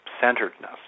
centeredness